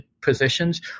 positions